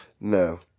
no